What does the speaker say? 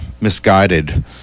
misguided